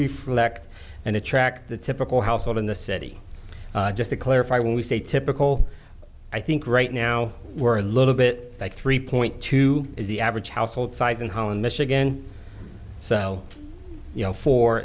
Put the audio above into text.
reflect and attract the typical household in the city just to clarify when we say typical i think right now we're a little bit by three point two is the average household size in holland michigan so you know fo